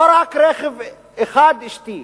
לא רק רכב אחד, אשתי.